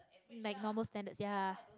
like normal standards ya